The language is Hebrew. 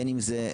בין אם זה,